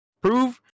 prove